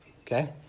Okay